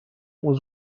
was